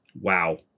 Wow